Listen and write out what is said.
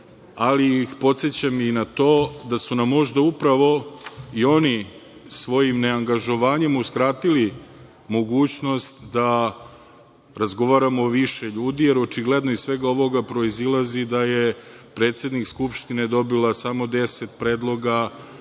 ali ih podsećam i na to da su nam možda upravo i oni svojim neangažovanjem uskratili mogućnost da razgovaramo o više ljudi, jer očigledno iz svega ovoga proizilazi da je predsednik Skupštine dobila samo deset predloga,